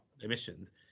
emissions